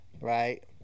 right